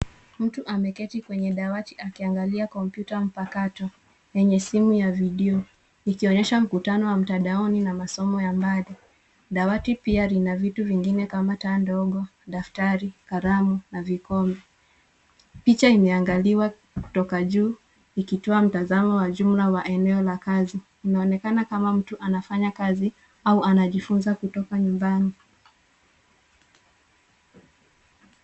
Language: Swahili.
Mtu ameketi kwenye dawati akiangalia kompyuta mpakato yenye simu ya video ikionyesha mkutano wa mtandaoni na masomo ya mbali. Dawati pia lina vitu vingine kama taa ndogo, daftari, kalamu na vikombe. Picha imeangaliwa kutoka juu ikitoa mtazamo wa jumla wa eneo la kazi. Inaonekana kama mtu anafanya kazi au anajifunza kutoka nyumbani.